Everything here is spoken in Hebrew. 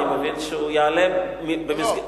אני מבין שהוא יעלה, לא.